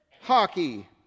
Hockey